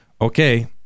okay